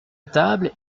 table